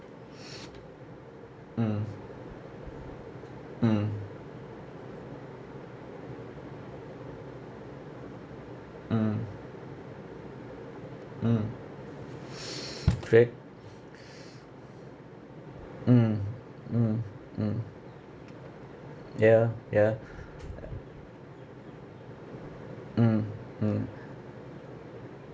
mm mm mm mm cray mm mm mm ya ya mm mm